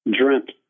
dreamt